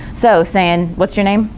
so saying, what's your name,